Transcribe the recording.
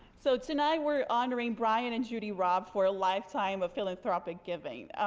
so tonight we're honoring bryan and judy roub for a lifetime of philanthropic giving.